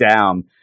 down